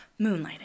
Moonlighting